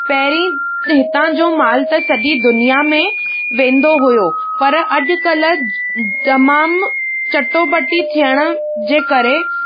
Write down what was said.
पहिरीं त हितां जो माल त सॼी दुनिया में वेंदो हुयो पर अॼकल्ह तमामु चटोभटी थियण जे करे